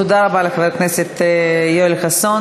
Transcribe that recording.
תודה רבה לחבר הכנסת יואל חסון.